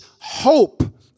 hope